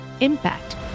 impact